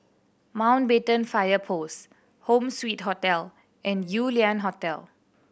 Mountbatten Fire Post Home Suite Hotel and Yew Lian Hotel